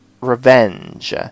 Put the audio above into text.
revenge